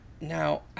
now